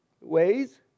ways